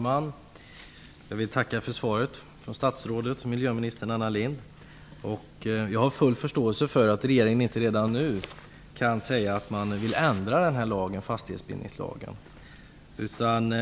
Fru talman! Jag tackar för svaret från statsrådet och miljöministern Anna Lindh. Jag har full förståelse för att regeringen inte redan nu kan säga att man vill ändra fastighetsbildningslagen utan